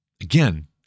again